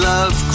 Love